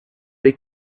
they